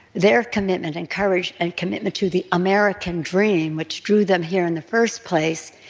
their commitment and courage and commitment to the american dream, which drew them here in the first place,